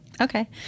Okay